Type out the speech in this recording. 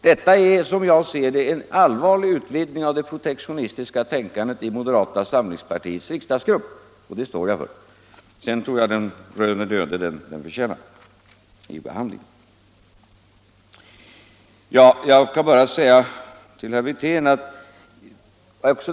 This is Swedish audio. Detta är, som jag ser det, en allvarlig utvidgning av det protektionistiska tänkandet i moderata samlingspartiets riksdagsgrupp. Det omdömet står jag för. Sedan tror jag förstås att motionen vid behandlingen röner det öde som den förtjänar.